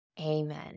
Amen